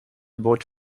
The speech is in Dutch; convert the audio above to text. boot